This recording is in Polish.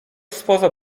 spoza